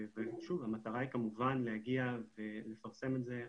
שוב, המטרה היא כמובן להגיע ולפרסם את זה.